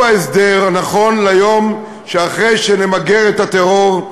ההסדר הנכון ליום אחרי שנמגר את הטרור,